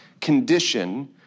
condition